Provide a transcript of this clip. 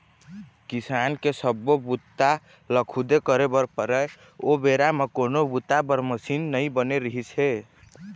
किसानी के सब्बो बूता ल खुदे करे बर परय ओ बेरा म कोनो बूता बर मसीन नइ बने रिहिस हे